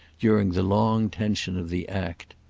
during the long tension of the act.